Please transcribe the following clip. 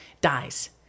dies